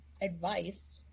advice